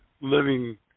living